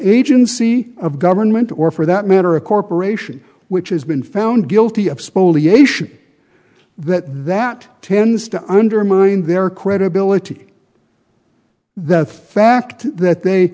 agency of government or for that matter a corporation which has been found guilty of spoliation that that tends to undermine their credibility the fact that they